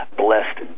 blessed